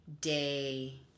day